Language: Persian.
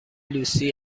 لوسی